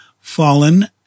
fallen